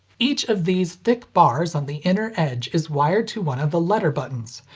each of these thick bars on the inner edge is wired to one of the letter buttons.